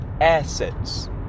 assets